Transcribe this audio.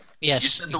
Yes